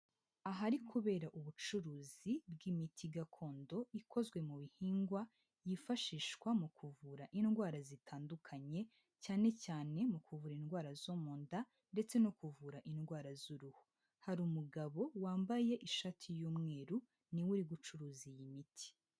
Ahari kubera ubucuruzi bw'imiti gakondo ikozwe mu bihingwa, yifashishwa mu kuvura indwara zitandukanye, cyane cyane mu kuvura indwara zo mu nda ndetse no kuvura indwara z'uruhu, hari umugabo wambaye ishati y'umweru, ni we uri gucuruza iyi miti.